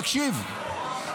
תקשיב,